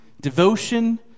devotion